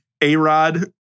A-Rod